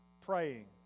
praying